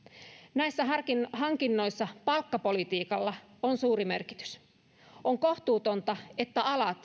näissä hankinnoissa palkkapolitiikalla on suuri merkitys on kohtuutonta että alat